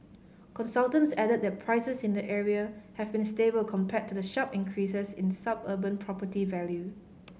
consultants added that prices in the area have been stable compared to the sharp increases in suburban property value